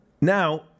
Now